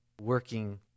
working